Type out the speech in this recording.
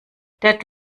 that